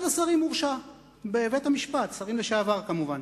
אחד השרים הורשע בבית-המשפט, שר לשעבר כמובן.